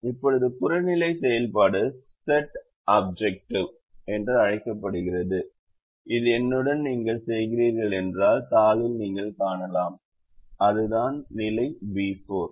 இப்போது புறநிலை செயல்பாடு செட் ஆப்ஜெக்டிவ் என்று அழைக்கப்படுகிறது இது என்னுடன் நீங்கள் செய்கிறீர்கள் என்றால் தாளில் நீங்கள் காணலாம் அதுதான் நிலை B4